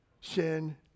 sin